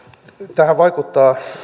tähän vaikuttavat